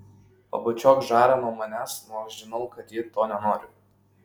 pabučiuok žarą nuo manęs nors žinau kad ji to nenori